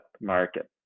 market